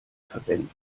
verwenden